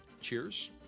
cheers